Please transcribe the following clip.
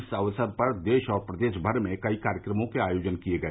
इस अवसर पर देश और प्रदेश भर में कई कार्यक्रमों के आयोजन किए गए